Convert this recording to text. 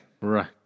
Right